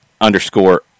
underscore